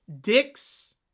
dicks